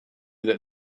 that